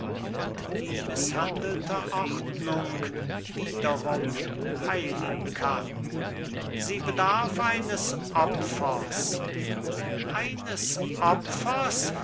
und die mißhandelte ordnung wiederum heilen kann sie bedarf eines opfers eines